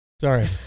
sorry